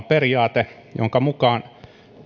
periaate jonka mukaan